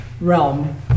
realm